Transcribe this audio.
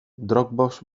dropbox